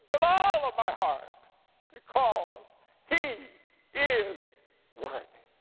with all of my heart because he is worthy.